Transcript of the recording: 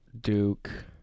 Duke